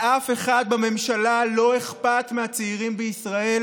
לאף אחד בממשלה לא אכפת מהצעירים בישראל,